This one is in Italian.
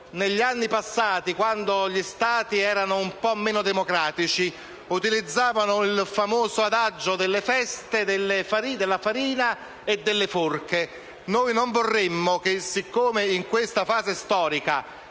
Negli anni passati, quando gli Stati erano un po' meno democratici, utilizzavano il famoso adagio «Feste, farina e forche». Noi non vorremo che, siccome in questa fase storica